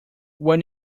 when